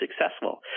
successful